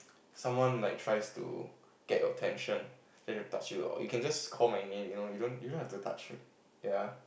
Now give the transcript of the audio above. someone like tries to get your attention then they touch you you can just call my name you know you don't have to touch me ya